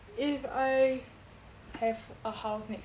if I have a house next